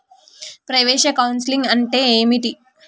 ప్రవేశ కౌన్సెలింగ్ అంటే ఏమిటి?